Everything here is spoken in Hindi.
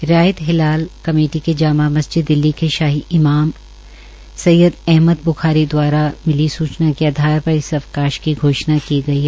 रियात हिलाल कमेटी के जामा मस्जिद के शाही इमाम सैय्यद अहमद ब्खारी द्वारा सूचना के आधार पर इस अवकाश की घोषणा की गई है